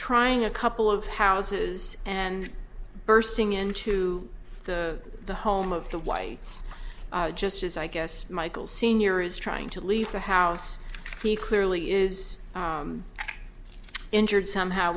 trying a couple of houses and bursting into the home of the whites just as i guess michael sr is trying to leave the house he clearly is injured somehow